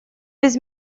без